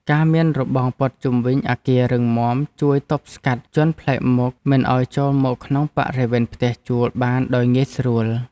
ការមានរបងព័ទ្ធជុំវិញអគាររឹងមាំជួយទប់ស្កាត់ជនប្លែកមុខមិនឱ្យចូលមកក្នុងបរិវេណផ្ទះជួលបានដោយងាយស្រួល។